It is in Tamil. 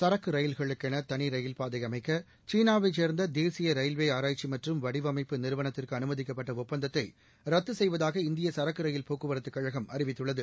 சரக்கு ரயில்களுக்கென தனி ரயில்பாதை அமைக்க சீனாவைச் சேர்ந்த தேசிய ரயில்வே ஆராய்ச்சி மற்றும் வடிவமைப்பு நிறுவளத்திற்கு அனுமதிக்கப்பட்ட ஒப்பந்தத்தை ரத்து செய்வதாக இந்திய சரக்கு போக்குவரத்துக் கழகம் அறிவித்துள்ளது